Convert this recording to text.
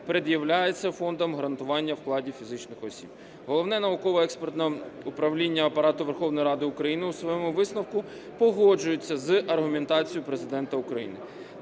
пред'являються Фондом гарантування вкладів фізичних осіб". Головне науково-експертне управління Апарату Верховної Ради України у своєму висновку погоджується з аргументацією Президента України.